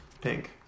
Pink